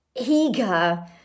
eager